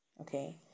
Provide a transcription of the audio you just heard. Okay